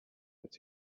but